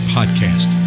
Podcast